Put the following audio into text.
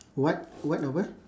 what what over